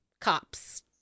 cops